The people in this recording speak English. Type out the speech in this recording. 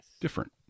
different